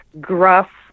gruff